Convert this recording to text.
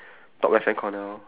top left hand corner